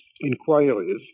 inquiries